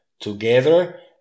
Together